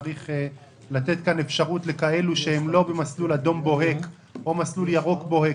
צריך לתת כאן אפשרות לאלה שהם לא במסלול אדום בוהק או במסלול ירוק בוהק,